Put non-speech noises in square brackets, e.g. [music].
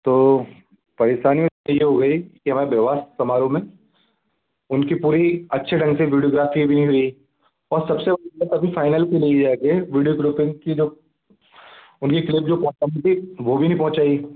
तो परेशानी [unintelligible] हमारे विवाह समारोह में उनकी पूरी अच्छे ढंग से वीडियोग्राफी भी नहीं हुई औ सबसे [unintelligible] अभी फाइनल के लिए जा के वीडियो ग्रुपिंग कि जो उनकी क्लिप जो [unintelligible] थी वो भी नहीं पौहचाई